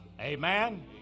Amen